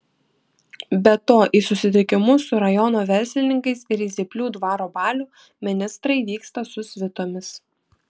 be to į susitikimus su rajono verslininkais ir į zyplių dvaro balių ministrai vyksta su svitomis